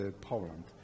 Poland